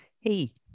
Hey